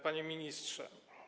Panie Ministrze!